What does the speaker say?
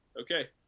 Okay